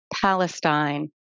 Palestine